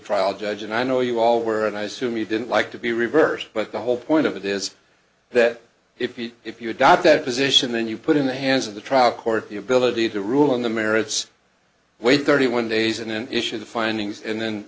trial judge and i know you all were and i assume you didn't like to be reversed but the whole point of it is that if you if you adopt that position then you put in the hands of the trial court the ability to rule on the merits wait thirty one days and initial findings